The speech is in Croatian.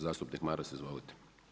Zastupnik Maras izvolite.